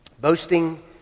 Boasting